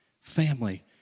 family